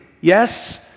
Yes